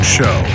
Show